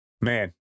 man